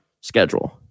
schedule